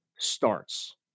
starts